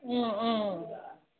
ꯎꯝ ꯎꯝ